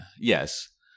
Yes